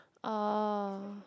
uh